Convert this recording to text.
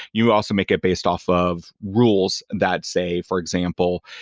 you also make it based off of rules that say, for example,